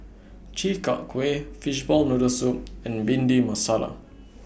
Chi Kak Kuih Fishball Noodle Soup and Bhindi Masala